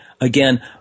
again